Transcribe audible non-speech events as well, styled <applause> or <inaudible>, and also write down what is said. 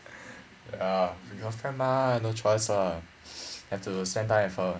<breath> ya got girlfriend mah no choice lah have to spend time with her